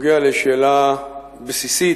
נוגע לשאלה בסיסית,